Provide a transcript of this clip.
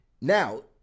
Now